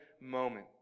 moment